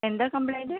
എന്താ കംപ്ലയിൻ്റ്